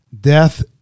death